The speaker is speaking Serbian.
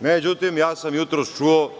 Međutim, ja sam jutros čuo